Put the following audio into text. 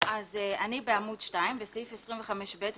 אני בעמוד 2, סעיף 25(ב).